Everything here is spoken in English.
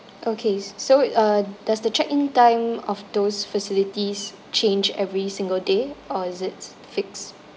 okay so uh does the check in time of those facilities change every single day or is it fixed